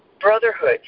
brotherhood